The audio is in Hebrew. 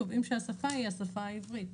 קובעים שהשפה היא השפה העברית.